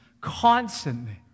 constantly